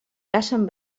cacen